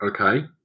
Okay